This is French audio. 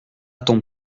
ton